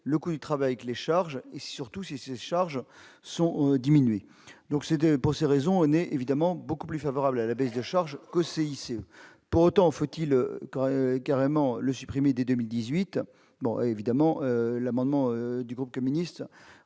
le coût du travail, les charges et surtout si ces charges sont diminués, donc c'était pour ces raisons n'est évidemment beaucoup plus favorable à la baisse des charges au CICE pour autant, faut-il qu'aurait carrément le supprimer dès 2018, bon évidemment l'amendement du groupe communiste,